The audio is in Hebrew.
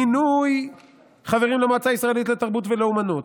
מינוי חברים למועצה הישראלית לתרבות ואומנות,